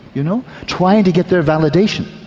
you know? trying to get their validation.